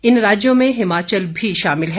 इन राज्यों में हिमाचल भी शामिल है